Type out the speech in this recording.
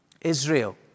Israel